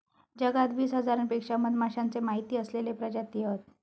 जगात वीस हजारांपेक्षा मधमाश्यांचे माहिती असलेले प्रजाती हत